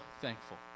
thankful